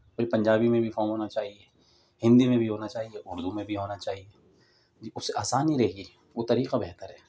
کوئی پنجابی میں بھی فارم ہونا چاہیے ہندی میں بھی ہونا چاہیے اردو میں بھی ہونا چاہیے جی اس سے آسانی رہے گی وہ طریقہ بہتر ہے